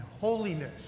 holiness